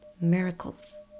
miracles